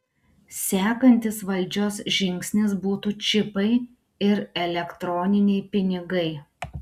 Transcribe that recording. sekantis valdžios žingsnis būtų čipai ir elektroniniai pinigai